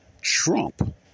Trump